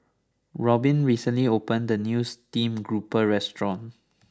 Robbin recently opened the new Stream Grouper restaurant